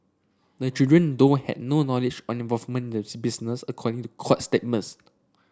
the children though had no knowledge or involvement in the business according to court statements